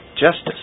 justice